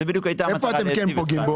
זו בדיוק הייתה המטרה, להיטיב איתך.